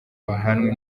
bahanwe